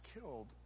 killed